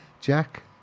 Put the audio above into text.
Jack